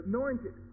Anointed